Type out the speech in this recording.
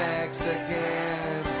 Mexican